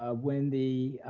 ah when the